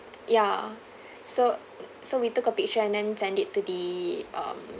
ya so so we took a picture and then send it to the um